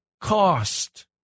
cost